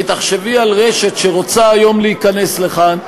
כי תחשבי על רשת שרוצה היום להיכנס לכאן,